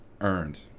earned